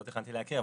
לא תכננתי להקריא,